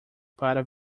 para